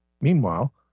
Meanwhile